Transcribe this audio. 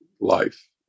life